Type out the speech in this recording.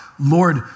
Lord